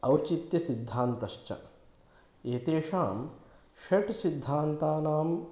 औचित्यसिद्धान्तश्च एतेषां षट् सिद्धान्तानां